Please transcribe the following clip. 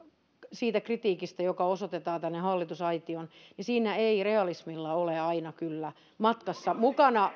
siitä kritiikistä joka osoitetaan tänne hallitusaitioon että siinä ei realismia ole aina kyllä matkassa mukana